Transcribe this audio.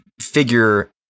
figure